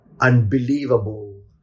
unbelievable